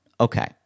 okay